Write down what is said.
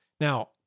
Now